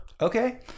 Okay